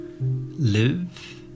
live